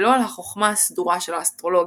ולא על החכמה הסדורה של האסטרולוגיה.